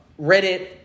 Reddit